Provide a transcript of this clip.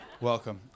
Welcome